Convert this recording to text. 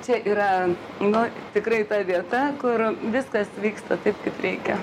čia yra nu tikrai ta vieta kur viskas vyksta taip kaip reikia